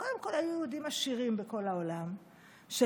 אז קודם כול היו יהודים עשירים בכל העולם שתרמו,